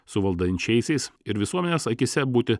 su valdančiaisiais ir visuomenės akyse būti